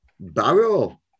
Barrow